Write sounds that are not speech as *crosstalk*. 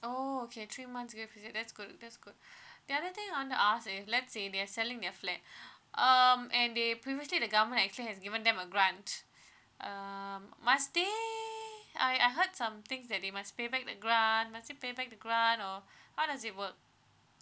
oh okay three months that's good that's good *breath* the other thing I want to ask is if let's say they're selling their flat *breath* um and they previously the government actually has given them a grant um my stay I I heard something that they must pay back the grant must he pay back the grant or how does it work